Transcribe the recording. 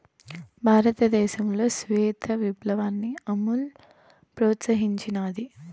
భారతదేశంలో శ్వేత విప్లవాన్ని అమూల్ ప్రోత్సహించినాది